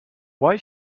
why